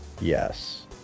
yes